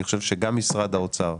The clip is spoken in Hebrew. אני חושב שגם משרד האוצר,